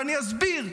ואני אסביר.